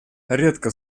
редко